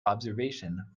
observation